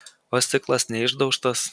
o stiklas neišdaužtas